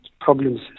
problems